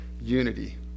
unity